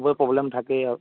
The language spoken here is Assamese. সবৰে প্ৰবলেম থাকেই আৰু